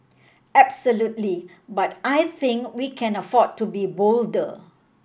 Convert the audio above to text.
absolutely but I think we can afford to be bolder